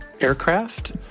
aircraft